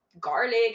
garlic